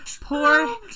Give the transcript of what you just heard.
Poor